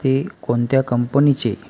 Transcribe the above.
ते कोणत्या कंपनीचे